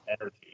energy